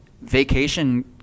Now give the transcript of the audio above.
vacation